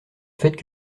faites